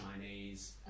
Chinese